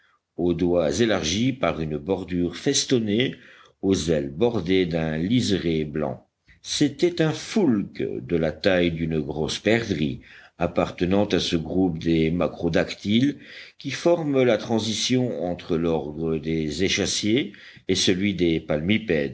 aux doigts élargis par une bordure festonnée aux ailes bordées d'un liséré blanc c'était un foulque de la taille d'une grosse perdrix appartenant à ce groupe des macrodactyles qui forme la transition entre l'ordre des échassiers et celui des palmipèdes